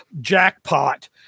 jackpot